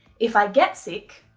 if i get sick,